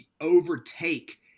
overtake